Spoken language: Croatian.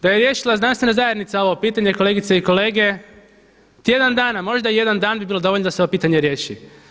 Da je riješila znanstvena zajednica ovo pitanje, kolegice i kolege, tjedan dana, možda i jedan dan bi bilo dovoljno da se ovo pitanje riješi.